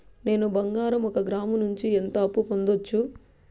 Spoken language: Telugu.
నేను బంగారం ఒక గ్రాము నుంచి ఎంత అప్పు పొందొచ్చు